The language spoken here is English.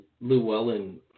llewellyn